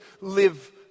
live